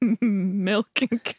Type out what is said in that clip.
Milking